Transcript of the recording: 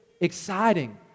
exciting